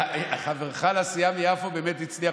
חברך לסיעה מיפו באמת הצליח